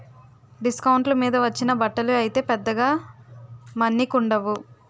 డిస్కౌంట్ల మీద వచ్చిన బట్టలు అయితే పెద్దగా మన్నికుండవు